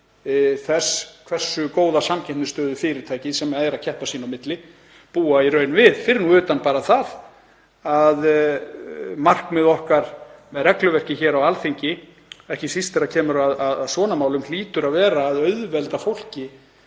þess hversu góða samkeppnisstöðu fyrirtæki sem eru að keppa sín á milli búa í raun við. Fyrir utan nú bara það að markmið okkar með regluverki hér á Alþingi, ekki síst þegar kemur að svona málum, hlýtur að vera að auðvelda fólki